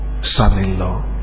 son-in-law